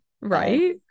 right